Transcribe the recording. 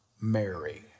Mary